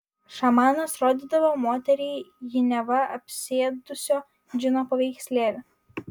šamanas rodydavo moteriai jį neva apsėdusio džino paveikslėlį